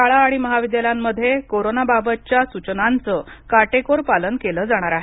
शाळा आणि महाविद्यालयांमध्ये कोरोनाबाबतच्या सूचनांचं काटेकोर पालन केलं जाणार आहे